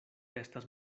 estas